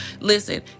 Listen